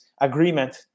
agreement